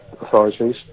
authorities